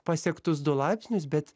pasiektus du laipsnius bet